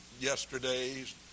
yesterday's